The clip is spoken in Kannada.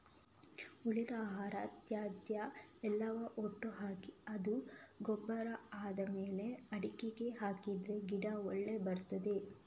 ಉಳಿದ ಆಹಾರ, ತ್ಯಾಜ್ಯ ಎಲ್ಲವ ಒಟ್ಟು ಹಾಕಿ ಅದು ಗೊಬ್ಬರ ಆದ್ಮೇಲೆ ಗಿಡಕ್ಕೆ ಹಾಕಿದ್ರೆ ಗಿಡ ಒಳ್ಳೆ ಬರ್ತದೆ